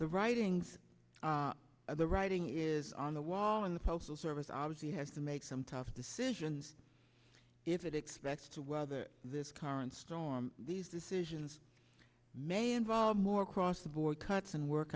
the writings of the writing is on the wall and the postal service obviously has to make some tough decisions if it expects to weather this current storm these decisions may involve more across the board cuts and work